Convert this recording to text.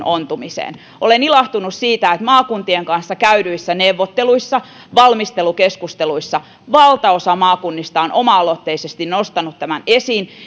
ontumiseen olen ilahtunut siitä että maakuntien kanssa käydyissä neuvotteluissa valmistelukeskusteluissa valtaosa maakunnista on oma aloitteisesti nostanut tämän esiin